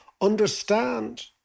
understand